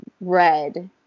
Red